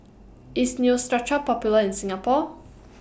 IS Neostrata Popular in Singapore